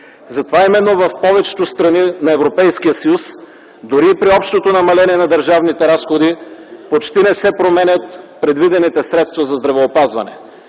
Затова именно в повечето страни на Европейския съюз, дори и при общото намаление на държавните разходи, почти не се променят предвидените средства за здравеопазване.